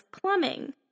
plumbing